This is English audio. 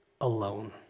alone